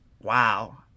wow